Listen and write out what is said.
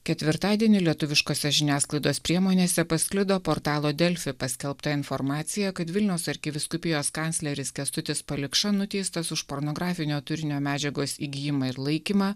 ketvirtadienį lietuviškose žiniasklaidos priemonėse pasklido portalo delfi paskelbta informacija kad vilniaus arkivyskupijos kancleris kęstutis palikša nuteistas už pornografinio turinio medžiagos įgijimą ir laikymą